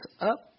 up